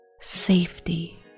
safety